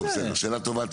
טוב, בסדר, שאלה טובה.